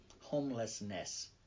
homelessness